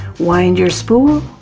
wind your spool,